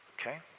Okay